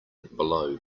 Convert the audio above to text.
below